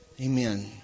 Amen